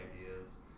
ideas